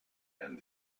and